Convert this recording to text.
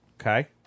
Okay